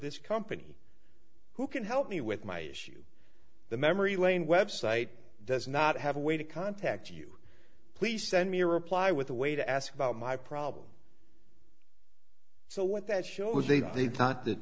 this company who can help me with my issue the memory lane website does not have a way to contact you please send me a reply with a way to ask about my problem so what that shows they thought that